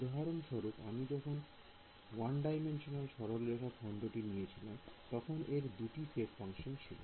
উদাহরণস্বরূপ আমি যখন 1D সরলরেখা খণ্ডটি নিয়েছিলাম তখন এর দুটি সেপ ফাংশন ছিল